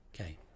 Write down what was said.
Okay